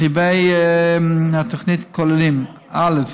רכיבי התוכנית כוללים: א.